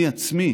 אני עצמי"